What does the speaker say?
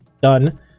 done